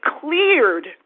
cleared